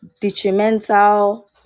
detrimental